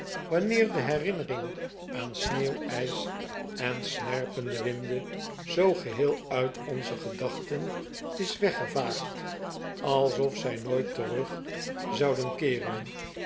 wanneer de herinnering aan sneeuw ijs en snerpende winden zoo geheel uit onze gedachten is weggevaagd alsof zij nooit terug zouden keeren